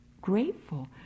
grateful